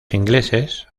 ingleses